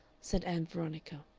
said ann veronica.